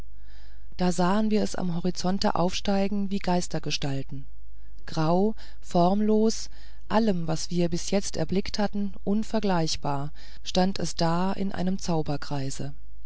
da sahen wir es am horizonte aufsteigen wie geistergestalten grau formlos allem was wir bis jetzt erblickt hatten unvergleichbar stand es da in einem zauberkreise